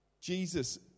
Jesus